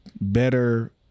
better